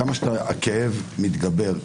כמה שהכאב מתגבר,